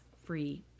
Free